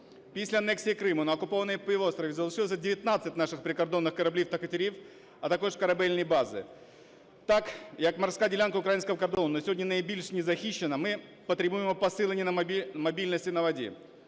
Після анексії Криму на окупованому півострові залишилося 19 наших прикордонних кораблів та катерів, а також корабельні бази. Так як морська ділянка українського кордону на сьогодні найбільш незахищена, ми потребуємо посилення мобільності на воді.